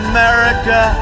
America